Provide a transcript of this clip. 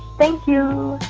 thank you